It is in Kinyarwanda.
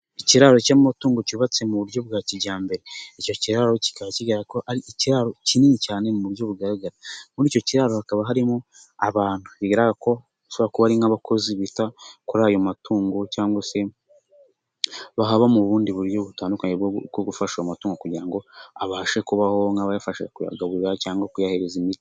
Ikiraro cy'umutungo cyubatse mu buryo bwa kijyambere. Icyo kiraro kikaba kigaragara ko ari ikiraro kinini cyane mu buryo bugaragara. Muri icyo kiraro hakaba harimo abantu bigaragara ko bashobora kuba ari nk'abakozi bita kuri ayo matungo cyangwa se bahaba mu bundi buryo butandukanye bwo gufasha amatungo kugira ngo abashe kubaho nk'abayafasha kugaburira cyangwa kuyahereza imiti.